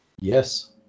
Yes